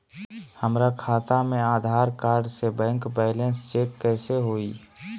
हमरा खाता में आधार कार्ड से बैंक बैलेंस चेक कैसे हुई?